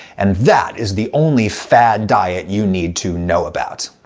and that is the only fad diet you need to know about.